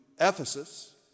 Ephesus